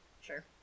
Sure